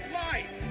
life